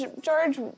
George